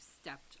stepped